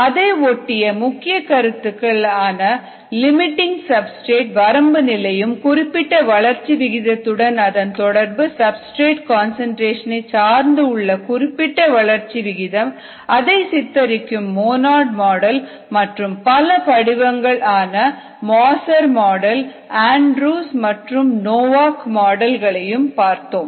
அதை ஒட்டிய முக்கிய கருத்துக்கள் ஆன லிமிட்டிங் சப்ஸ்டிரேட் வரம்பு நிலையும் குறிப்பிட்ட வளர்ச்சி விகிதத்துடன் அதன் தொடர்பு சப்ஸ்டிரேட் கன்சன்ட்ரேஷன் ஐ சார்ந்து உள்ள குறிப்பிட்ட வளர்ச்சி விகிதம் அதை சித்தரிக்கும் மோநோட் மாடல் மற்றும் பல படிவங்கள் ஆன மோசர் மாடல் ஆண்ட்ரூஸ் மற்றும் நோவாக் மாடல் பார்த்தோம்